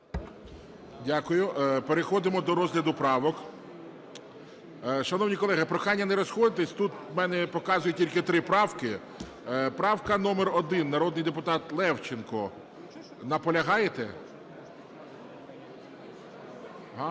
Дякую. Переходимо до розгляду правок. Шановні колеги, прохання не розходитись тут у мене я показую, тільки три правки. Правка номер 1, народний депутат Левченко. Наполягаєте?